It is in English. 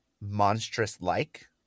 monstrous-like